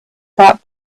about